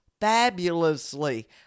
fabulously